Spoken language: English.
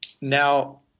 Now